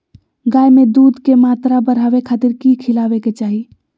गाय में दूध के मात्रा बढ़ावे खातिर कि खिलावे के चाही?